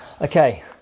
Okay